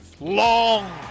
Long